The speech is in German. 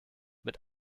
mit